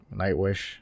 Nightwish